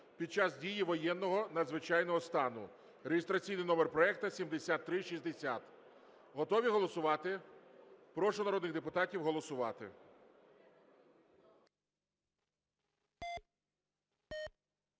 під час дії воєнного, надзвичайного стану (реєстраційний номер проекту 7360). Готові голосувати? Прошу народних депутатів голосувати.